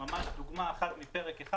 דוגמה אחת מפרק אחד.